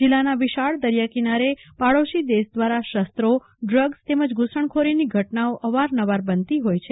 જીલ્લાનાં વિશાળ દરિયા કિનારે પાડોશી દેશ દ્વારા શસ્ત્રોડ્રગ્સ તેમજ ધુસણખોરી ની ધટનાઓ અવારનવાર બનતી હોય છે